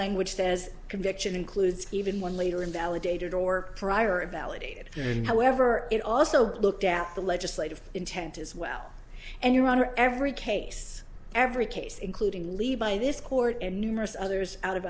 language says conviction includes even one leader invalidated or prior it validated and however it also looked at the legislative intent as well and your honor every case every case including lead by this court and numerous others out of